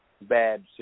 bad